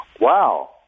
Wow